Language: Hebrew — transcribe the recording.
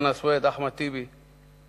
חנא סוייד ואחמד טיבי,